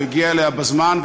והוא הגיע אליה בזמן.